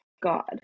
God